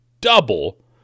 double